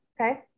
Okay